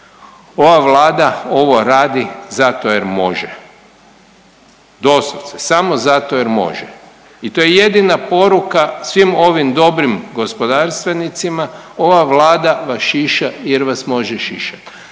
ova Vlada ovo radi zato jer može, doslovce samo zato jer može i to je jedina poruka svim ovim dobrim gospodarstvenicima ova Vlada vas šiša jer vas može šišati.